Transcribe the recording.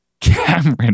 Cameron